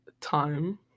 time